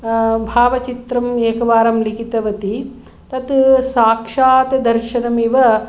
भावचित्रं एकवारं लिखितवती तत् साक्षात् दर्शनमिव